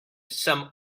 some